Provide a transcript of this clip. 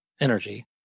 energy